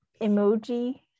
emoji